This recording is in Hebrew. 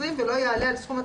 לא ישלמו.